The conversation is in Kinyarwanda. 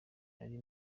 nari